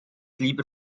lieber